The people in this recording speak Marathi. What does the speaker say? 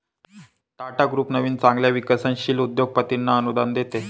टाटा ग्रुप नवीन चांगल्या विकसनशील उद्योगपतींना अनुदान देते